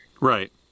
Right